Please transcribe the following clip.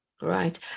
right